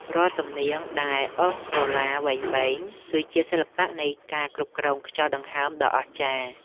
រាល់សំនៀងដែលអូសក្រឡាវែងៗ គឺជាសិល្បៈនៃការគ្រប់គ្រងខ្យល់ដង្ហើមដ៏អស្ចារ្យ។